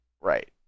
Right